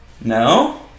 No